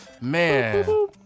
Man